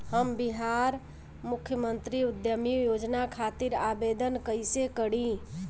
हम बिहार मुख्यमंत्री उद्यमी योजना खातिर आवेदन कईसे करी?